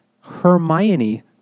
Hermione